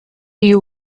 you